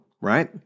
right